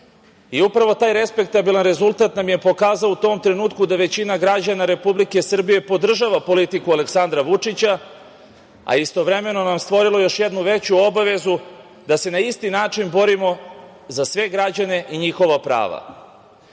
Upravo taj respektabilan rezultat nam je pokazao u tom trenutku da većina građana Republike Srbije podržava politiku Aleksandra Vučića, a istovremeno stvorilo je još jednu veću obavezu da se na isti način borimo za sve građane i njihova prava.